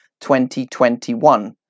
2021